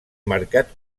mercat